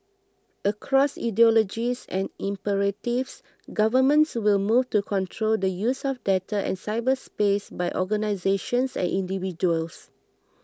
across ideologies and imperatives governments will move to control the use of data and cyberspace by organisations and individuals